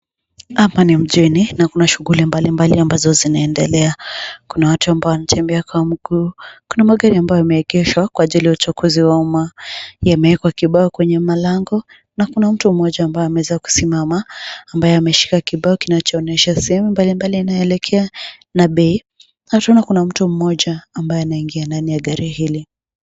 Hapa ni mjini na kuna shughuli mbalimbali ambazo zinaendelea. Kuna watu ambao wanatembea kwa mguu, kuna magari ambayo yameegeshwa kwa ajili ya uchukuzi wa umma. Yamewekwa kibao kwenye malango na kuna mtu mmoja ambaye ameweza kusimama, ambaye ameshika kibao kinachoonyesha sehemu mbalimbali yanayoelekea na bei na tunaona kuna mtu mmoja ambaye anaingia ndani ya gari hili.